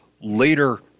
later